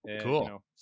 Cool